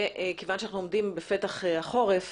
וכיוון שאנחנו עומדים בפתח החורף,